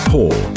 Paul